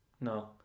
No